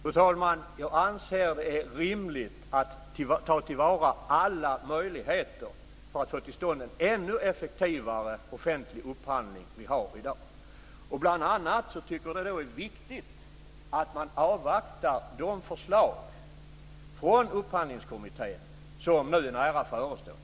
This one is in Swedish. Fru talman! Jag anser att det är rimligt att ta till vara alla möjligheter för en ännu effektivare offentlig upphandling än den vi har i dag. Bl.a. är det viktigt att avvakta de förslag från Upphandlingskommittén som nu är nära förestående.